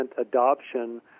adoption